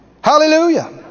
Hallelujah